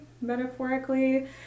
metaphorically